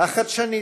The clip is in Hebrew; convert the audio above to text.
החדשנית,